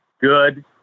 good